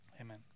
Amen